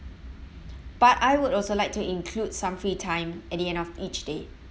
but I would also like to include some free time at the end of each day